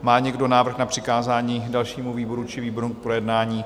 Má někdo návrh na přikázání dalšímu výboru či výborům k projednání?